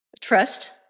Trust